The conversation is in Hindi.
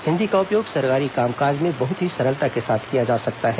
हिन्दी का उपयोग सरकारी कामकाज में बहुत ही सरलता के साथ किया जा सकता है